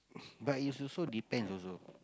but it's also depends also